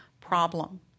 problem